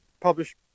publish